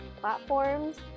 platforms